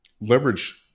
leverage